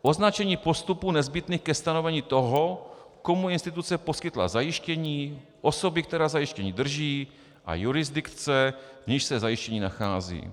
Označení postupů nezbytných ke stanovení toho, komu instituce poskytla zajištění, osoby, která zajištění drží, a jurisdikce, v níž se zajištění nachází.